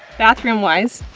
bathroom wise,